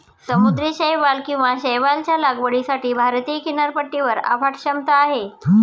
समुद्री शैवाल किंवा शैवालच्या लागवडीसाठी भारतीय किनारपट्टीवर अफाट क्षमता आहे